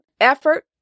effort